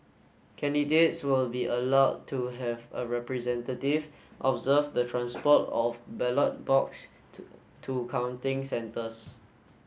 candidates will be allowed to have a representative observe the transport of ballot box to to counting centres